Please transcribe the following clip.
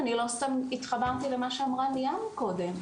לחלוטין, לא סתם התחברתי למה שאמרה ליאם מקודם,